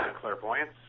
clairvoyance